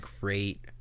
great –